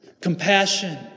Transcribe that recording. Compassion